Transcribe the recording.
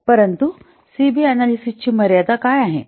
परंतु C B अन्यालीसीसची मर्यादा काय आहे